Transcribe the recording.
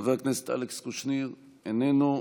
חבר הכנסת אלכס קושניר, איננו.